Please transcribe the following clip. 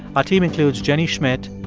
ah team includes jenny schmidt,